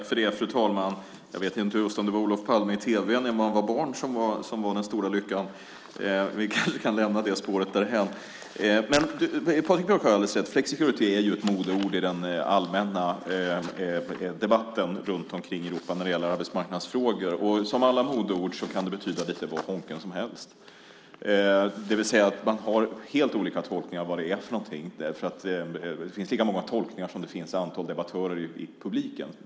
Fru talman! Jag vet inte just om det var Olof Palme i tv som var den stora lyckan när man var barn. Vi kanske kan lämna det spåret därhän. Men Patrik Björck har alldeles rätt. Flexicurity är ett modeord i den allmänna debatten runt omkring i Europa när det gäller arbetsmarknadsfrågor. Liksom alla modeord kan det betyda lite vad som helst. Det vill säga att man har helt olika tolkningar av vad det är för någonting. Det finns lika många tolkningar som det finns antal debattörer i publiken.